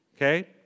Okay